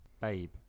Babe